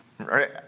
Right